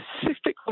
specifically